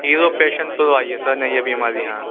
hero Passion Pro آئی ہے sir نئی ہمارے یہاں